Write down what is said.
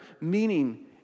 Meaning